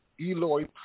Eloy